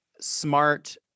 smart